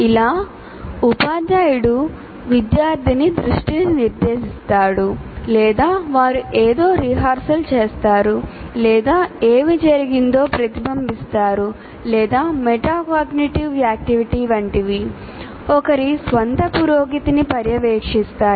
ఇలా ఉపాధ్యాయుడు విద్యార్థి దృష్టిని నిర్దేశిస్తాడు లేదా వారు ఏదో రిహార్సల్ చేస్తారు లేదా ఏమి జరిగిందో ప్రతిబింబిస్తారు లేదా మెటాకాగ్నిటివ్ యాక్టివిటీ వంటివి ఒకరి స్వంత పురోగతిని పర్యవేక్షిస్తాయి